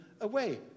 away